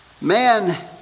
Man